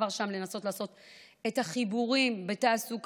כבר שם לנסות לעשות את החיבורים בתעסוקה,